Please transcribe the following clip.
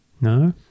No